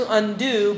undo